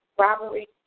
robbery